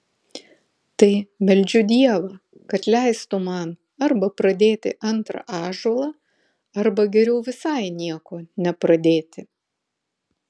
tai meldžiu dievą kad leistų man arba pradėti antrą ąžuolą arba geriau visai nieko nepradėti